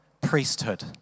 priesthood